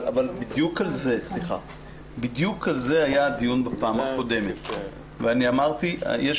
בדיוק על זה היה בדיון בפעם הקודמת ואני אמרתי שיש